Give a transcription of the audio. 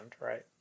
right